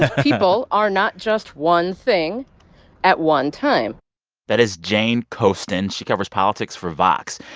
people are not just one thing at one time that is jane coaston. she covers politics for vox.